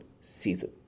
season